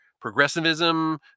progressivism